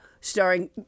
starring